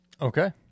Okay